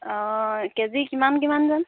অঁ K G কিমান কিমান জানো